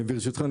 ברשותך,